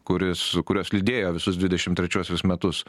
kuris kurios lydėjo visus dvidešimt trečiuosius metus